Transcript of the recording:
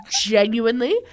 genuinely